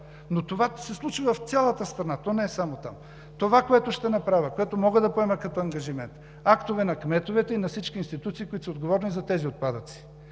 Това се случва в цялата страна, не е само там. Това, което ще направя, което мога да поема като ангажимент – актове на кметовете и на всички институции, които са отговорни за тези отпадъци.